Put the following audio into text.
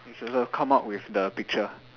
come up with the picture